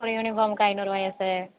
ஒரு யூனிஃபார்ம்க்கு ஐந்நூறுபாயா சார்